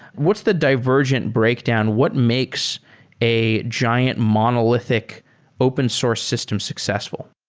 what's the divergent breakdown? what makes a giant monolithic open source system successful?